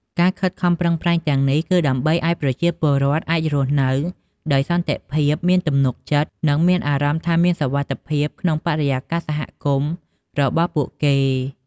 ការខិតខំប្រឹងប្រែងទាំងនេះគឺដើម្បីឲ្យប្រជាពលរដ្ឋអាចរស់នៅដោយសន្តិភាព មានទំនុកចិត្ត និងមានអារម្មណ៍ថាមានសុវត្ថិភាពក្នុងបរិយាកាសសហគមន៍របស់ពួកគេ។